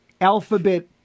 alphabet